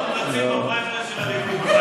תן את רשימת המומלצים בפריימריז של הליכוד.